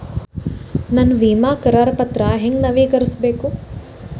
ನನ್ನ ವಿಮಾ ಕರಾರ ಪತ್ರಾ ಹೆಂಗ್ ನವೇಕರಿಸಬೇಕು?